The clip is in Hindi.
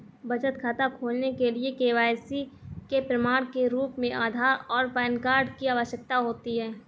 बचत खाता खोलने के लिए के.वाई.सी के प्रमाण के रूप में आधार और पैन कार्ड की आवश्यकता होती है